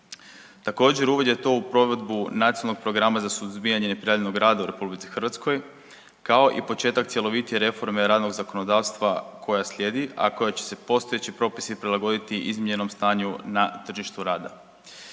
Također, uvid je to u provedbu nacionalnog programa za suzbijanje neprijavljenog rada u RH kao i početak cjelovitije reforme radnog zakonodavstva koja slijedi, a koja će se postojeći propisi prilagoditi izmijenjenom stanju na tržištu rada.